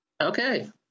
Okay